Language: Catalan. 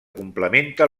complementa